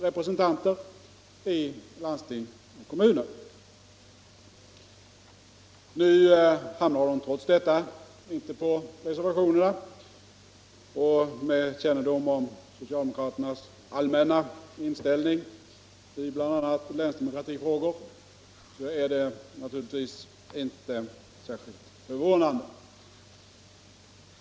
Trots detta hamnade fru Dahl inte på reservationernas linje, och med kännedom om socialdemokraternas allmänna inställning i bl.a. länsdemokratifrågor finner jag det inte särskilt förvånande.